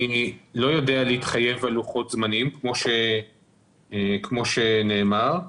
אני לא יודע להתחייב על לוחות-זמנים, כמו שנאמר.